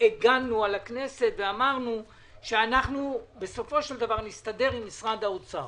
הגנו על הכנסת ואמרנו שבסופו של דבר אנחנו נסתדר עם משרד האוצר.